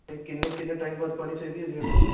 ਅਤੇ ਕਿੰਨੇ ਕਿੰਨੇ ਟਾਈਮ ਬਾਅਦ ਪਾਉਣੀ ਚਾਹੀਦੀ ਆ ਜੀ ਆਪਾਂ ਨੂੰ